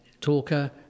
talker